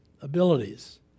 abilities